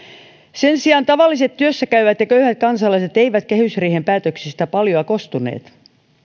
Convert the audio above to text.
sen sijaan tavalliset työssä käyvät ja köyhät kansalaiset eivät kehysriihen päätöksistä paljoa kostuneet